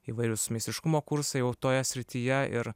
įvairūs meistriškumo kursai jau toje srityje ir